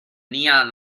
neon